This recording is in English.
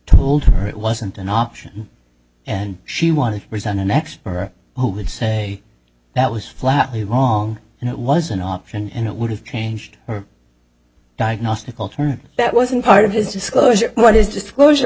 told her it wasn't an option and she wanted to present an extra who would say that was flatly wrong and it was an option and it would have changed her diagnostic alternative that wasn't part of his disclosure what is just what was